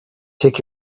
take